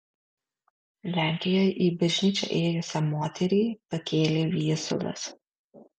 lenkijoje į bažnyčią ėjusią moterį pakėlė viesulas